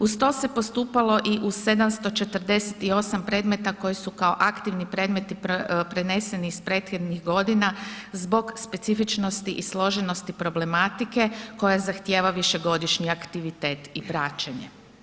Uz to se postupalo i u 748 predmeta koji su kao aktivni predmeti preneseni iz prethodnih godina zbog specifičnosti i složenosti problematike koja zahtjeva višegodišnji aktivitet i praćenje.